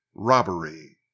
Robbery